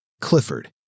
Clifford